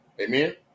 Amen